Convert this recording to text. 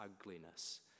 ugliness